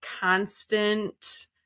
constant